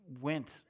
went